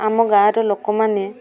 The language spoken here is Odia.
ଆମ ଗାଁର ଲୋକମାନେ